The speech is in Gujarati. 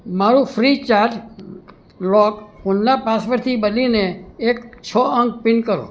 મારું ફ્રીચાર્જ લોક ફોનના પાસવર્ડથી બદલીને એક છ અંક પીન કરો